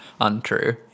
untrue